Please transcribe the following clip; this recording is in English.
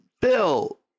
Bill